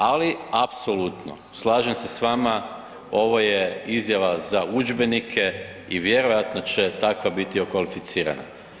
Ali apsolutno slažem se s vama ovo je izjava za udžbenike i vjerojatno će takva biti okvalificirana.